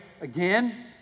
again